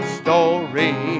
story